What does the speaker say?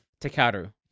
Takaru